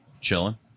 Chilling